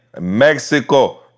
Mexico